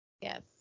Yes